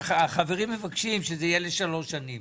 שהחברים מבקשים שזה יהיה לשלוש שנים